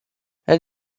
elle